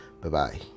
Bye-bye